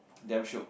damn shiok